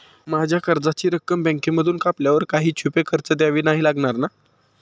माझ्या कर्जाची रक्कम बँकेमधून कापल्यावर काही छुपे खर्च द्यावे नाही लागणार ना?